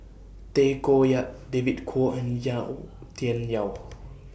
Tay Koh Yat David Kwo and Yau Tian Yau